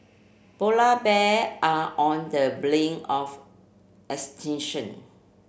polar bear are on the brink of extinction